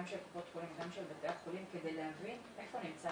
גם של קופות החולים וגם של בתי החולים כדי להבין היכן נמצא